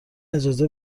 اجازه